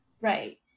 right